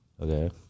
Okay